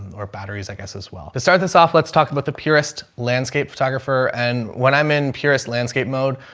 or batteries i guess as well. let's but start this off. let's talk about the purist landscape photographer. and when i'm in purest landscape mode,